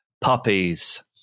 puppies